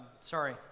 sorry